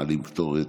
מעלים קטורת.